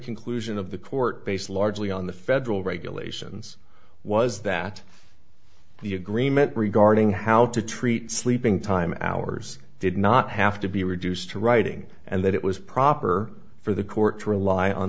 conclusion of the court based largely on the federal regulations was that the agreement regarding how to treat sleeping time hours did not have to be reduced to writing and that it was proper for the court to rely on